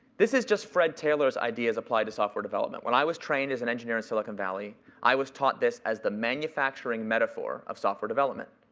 this is just fred taylor's idea as applied to software development. when i was trained as an engineer in silicon valley, i was taught this as the manufacturing metaphor of software development.